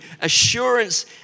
assurance